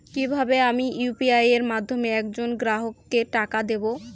কিভাবে আমি ইউ.পি.আই এর মাধ্যমে এক জন গ্রাহককে টাকা দেবো?